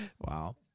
Wow